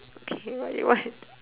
okay what you want